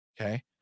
okay